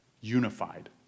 Unified